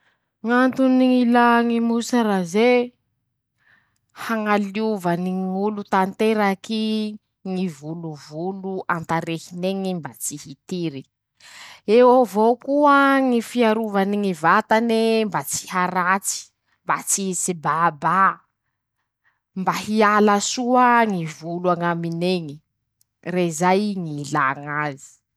Ñ'antony ñ'ilà ñy moserazé: -Hañaliova ny ñ'olo tanteraky ñy volovolo an-tarehin'eñy mba tsy hitiry. -Eo avao koa ñy fiarovany ñy vatane mba tsy haratsy, mba tsy hisy bàbà, mba hiala soa ñy volo añamin'eñy, rezay Ñ'antony ñ'ila ñazy.